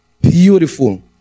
Beautiful